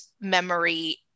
memory